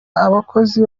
abakozi